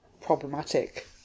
problematic